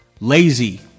lazy